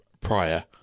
prior